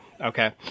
Okay